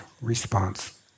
response